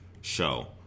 show